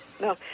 no